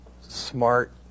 smart